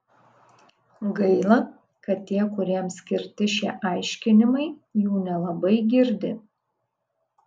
gaila kad tie kuriems skirti šie aiškinimai jų nelabai girdi